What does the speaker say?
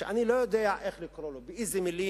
שאני לא יודע איך לקרוא לו, באיזה מלים